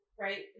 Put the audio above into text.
right